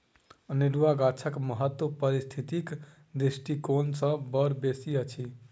अनेरुआ गाछक महत्व पारिस्थितिक दृष्टिकोण सँ बड़ बेसी अछि